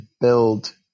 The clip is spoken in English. build